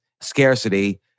scarcity